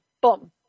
boom